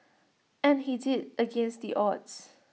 and he did against the odds